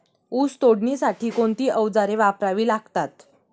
ऊस तोडणीसाठी कोणती अवजारे वापरावी लागतात?